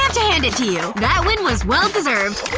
um to hand it to you, that win was well-deserved!